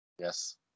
yes